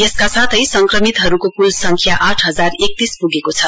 यसका साथै संक्रमितहबरूको कूल सङ्ख्या आठ हजार एकतीस प्गेको छ